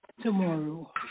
Tomorrow